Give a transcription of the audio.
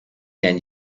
and